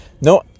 No